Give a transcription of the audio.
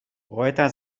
poeta